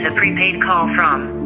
ah prepaid call from.